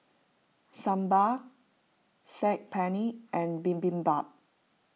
Sambar Saag Paneer and Bibimbap